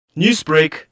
Newsbreak